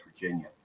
Virginia